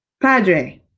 Padre